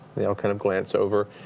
they all kind of glance over.